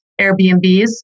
Airbnbs